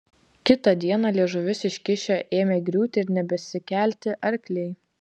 kitą dieną liežuvius iškišę ėmė griūti ir nebesikelti arkliai